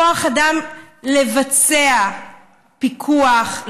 כוח אדם לבצע פיקוח,